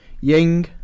Ying